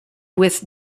with